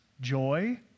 joy